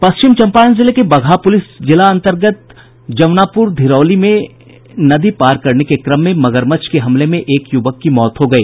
पश्चिम चंपारण जिले के बगहा पुलिस जिला अंतर्गत जमुनापुर धिरौली में नदी पार करने के क्रम में मगरमच्छ के हमले में एक यूवक की मौत हो गयी